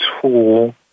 tool